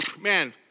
Man